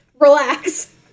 Relax